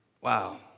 Wow